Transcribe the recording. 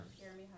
Jeremy